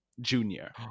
junior